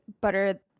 butter